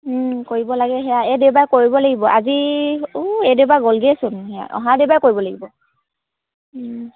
কৰিব লাগে সেয়া এ দেওবাৰে কৰিব লাগিব আজি ও এই দেওবাৰ গ'লগৈচোন সেয়া অহা দেওবাৰে কৰিব লাগিব